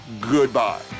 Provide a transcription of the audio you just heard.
goodbye